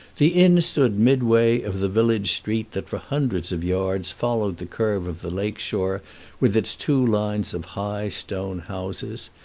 the inn stood midway of the village street that for hundreds of yards followed the curve of the lake shore with its two lines of high stone houses.